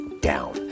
down